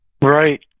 Right